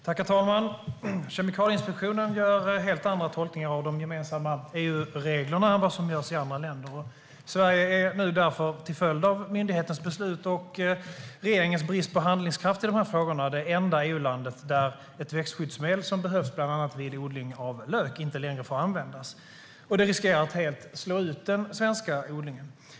Herr talman! Kemikalieinspektionen gör helt andra tolkningar av de gemensamma EU-reglerna än vad som görs i andra länder. Sverige är nu till följd av myndighetens beslut och regeringens brist på handlingskraft i frågorna det enda EU-land där ett växtskyddsmedel som behövs bland annat vid odling av lök inte längre får användas. Det riskerar att helt slå ut den svenska odlingen.